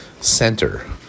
center